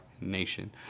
nation